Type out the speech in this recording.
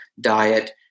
diet